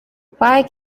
why